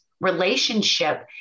relationship